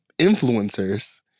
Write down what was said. influencers